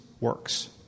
works